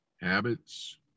habits